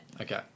okay